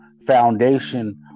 foundation